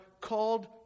called